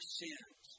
sins